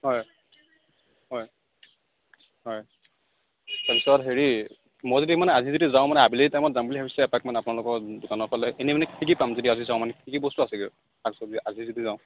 হয় হয় হয় তাৰপিছত হেৰি মই যদি মানে আজি যদি যাওঁ মানে আবেলি টাইমত যাম বুলি ভাবিছোঁ এপাকমান আপোনালোকৰ দোকানৰ ফালে এনেই মানে কি কি পাম যদি আজি যাওঁ মানে কি কি বস্তু আছেগে শাক চব্জি আজি যদি যাওঁ